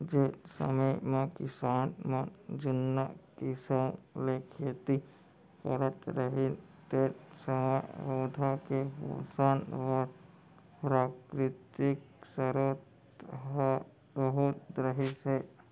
जेन समे म किसान मन जुन्ना किसम ले खेती करत रहिन तेन समय पउधा के पोसन बर प्राकृतिक सरोत ह बहुत रहिस हे